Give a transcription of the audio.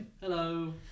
Hello